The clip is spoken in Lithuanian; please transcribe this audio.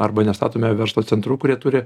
arba nestatome verslo centrų kurie turi